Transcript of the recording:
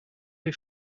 les